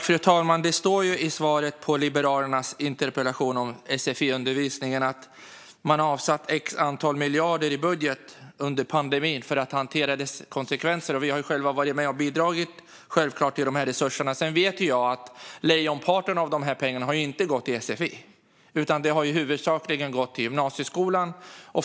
Fru talman! Det står i svaret på min interpellation från Liberalerna om sfi-undervisningen att man har avsatt ett antal miljarder i budget under pandemin för att hantera dess konsekvenser. Vi har självklart själva varit med och bidragit till de resurserna. Sedan vet jag att lejonparten av de pengarna inte har gått till sfi. De har huvudsakligen gått till gymnasieskolan.